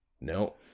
No